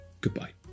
Goodbye